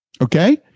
Okay